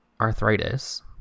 arthritis